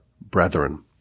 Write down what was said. brethren